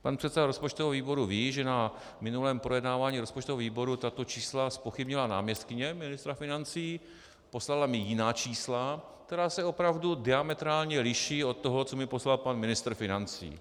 Pan předseda rozpočtového výboru ví, že na minulém projednávání rozpočtového výboru tato čísla zpochybnila náměstkyně ministra financí, poslala mi jiná čísla, která se opravdu diametrálně liší od toho, co mi poslal pan ministr financí.